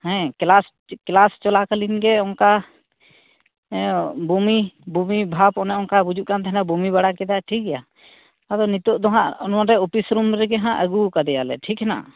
ᱦᱮᱸ ᱠᱮᱞᱟᱥ ᱠᱮᱞᱟᱥ ᱪᱚᱞᱟ ᱠᱟᱹᱞᱤᱱ ᱜᱮ ᱚᱱᱠᱟ ᱵᱩᱢᱤ ᱵᱩᱢᱤ ᱵᱷᱟᱵ ᱚᱱᱮ ᱚᱱᱠᱟᱭ ᱵᱩᱡᱩᱜ ᱠᱟᱱ ᱛᱟᱦᱮᱱᱟ ᱵᱩᱢᱤ ᱵᱟᱲᱟ ᱠᱮᱫᱟᱭ ᱴᱷᱤᱠ ᱜᱮᱭᱟ ᱟᱫᱚ ᱱᱤᱛᱚᱜ ᱫᱚᱦᱟᱜ ᱱᱚᱰᱮ ᱚᱯᱷᱤᱥ ᱨᱩᱢ ᱨᱮᱜᱮ ᱦᱟᱜ ᱟᱹᱜᱩ ᱟᱠᱟᱫᱮᱭᱟᱞᱮ ᱴᱷᱤᱠ ᱦᱮᱱᱟᱜᱼᱟ